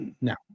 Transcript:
now